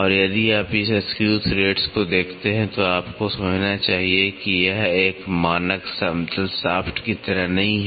और यदि आप इस स्क्रू थ्रेड （screw threads） को देखते हैं तो आपको समझना चाहिए कि यह एक मानक समतल शाफ्ट （shaft） की तरह नहीं है